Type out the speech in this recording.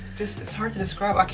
just, it's hard to describe.